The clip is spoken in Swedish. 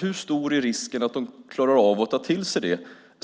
Hur stor är risken att de klarar av att ta till sig detta?